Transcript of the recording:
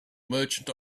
merchant